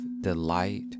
delight